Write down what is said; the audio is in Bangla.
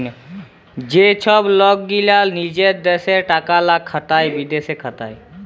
যে ছব লক গীলা লিজের দ্যাশে টাকা লা খাটায় বিদ্যাশে খাটায়